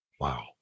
Wow